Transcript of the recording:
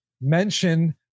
mention